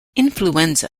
influenza